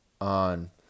on